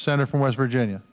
center from west virginia